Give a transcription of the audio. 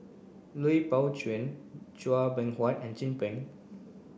Lui Pao Chuen Chua Beng Huat and Chin Peng